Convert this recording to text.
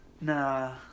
Nah